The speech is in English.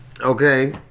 Okay